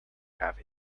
have